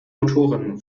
motoren